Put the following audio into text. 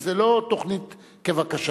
וזה לא תוכנית כבקשתך,